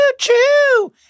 Choo-choo